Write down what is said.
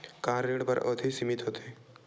का ऋण बर अवधि सीमित होथे?